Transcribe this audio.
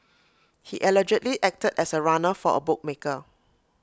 he allegedly acted as A runner for A bookmaker